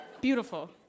Beautiful